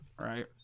Right